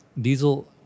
Diesel